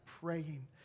praying